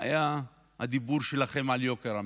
היה הדיבור שלכם על יוקר המחיה.